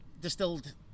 distilled